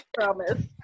Promise